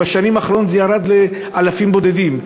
והמספר ירד ובשנים האחרונות יש אלפים בודדים.